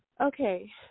Okay